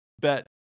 bet